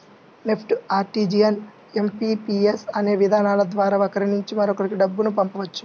NEFT, RTGS, IMPS అనే విధానాల ద్వారా ఒకరి నుంచి మరొకరికి డబ్బును పంపవచ్చు